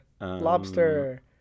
Lobster